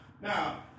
Now